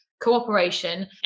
cooperation